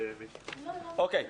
אנחנו